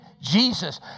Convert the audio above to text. Jesus